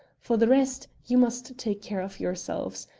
for the rest, you must take care of yourselves.